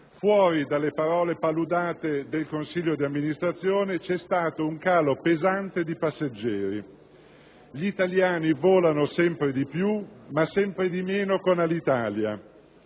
Fuori dalle parole paludate del consiglio di amministrazione, c'è stato un calo pesante di passeggeri. Gli italiani volano sempre di più, ma sempre di meno con Alitalia.